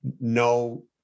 no